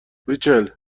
ریچل